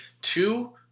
Two